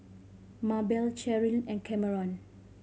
Mabelle Cherilyn and Cameron